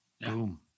Boom